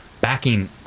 backing